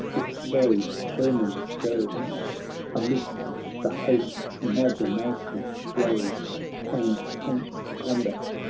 if so determines jove amidst the host imagination rose and paints the combat,